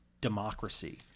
democracy